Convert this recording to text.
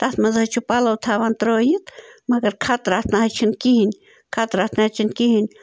تَتھ منٛز حظ چھِ پَلو تھاوان ترٲیِتھ مگر خطرات نَہ حظ چھِنہٕ کِہیٖنۍ خطرات نَہ حظ چھِنہٕ کِہیٖنۍ